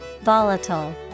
Volatile